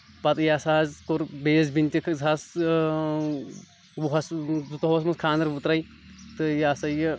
پَتہٕ یَس حظ کوٚر بیٚیِس بیٚنہِ تہِ زٕ ساس وُہَس زٕتووُہس منٛز خانٛدر اوٚترے تہٕ یہِ ہسا یہِ